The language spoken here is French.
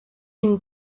une